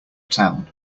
town